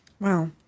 Wow